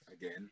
again